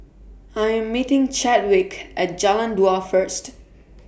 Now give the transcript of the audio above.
I Am meeting Chadwick At Jalan Dua First